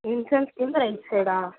இன்சன்ஸ்லந்து ஐசோடா